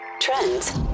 trends